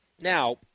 Now